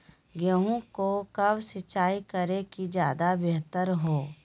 गेंहू को कब सिंचाई करे कि ज्यादा व्यहतर हो?